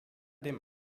dem